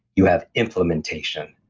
you have implementation.